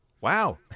Wow